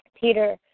Peter